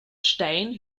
stein